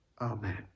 Amen